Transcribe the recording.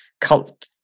cult